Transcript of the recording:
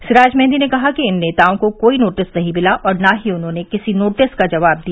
सिराज मेहंदी ने कहा कि इन सभी नेताओं को कोई नोटिस नहीं मिला और न ही उन्होंने किसी नोटिस का जवाब दिया